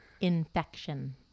Infection